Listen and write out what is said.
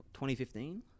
2015